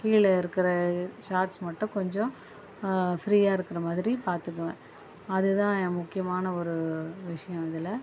கீழே இருக்கிற ஷாட்ஸ் மட்டும் கொஞ்சம் ஃப்ரீயாக இருக்கிற மாதிரி பார்த்துக்குவேன் அதுதான் முக்கியமான ஒரு விஷயம் அதில்